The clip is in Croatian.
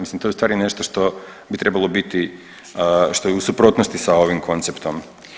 Mislim to je ustvari nešto što bi trebalo biti, što je u suprotnosti sa ovim konceptom.